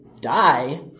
die